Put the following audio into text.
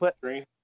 green